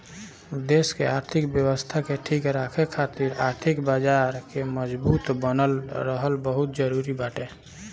देस के आर्थिक व्यवस्था के ठीक राखे खातिर आर्थिक बाजार के मजबूत बनल रहल बहुते जरुरी बाटे